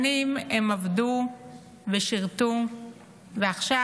שנים הן עבדו ושירתו ועכשיו,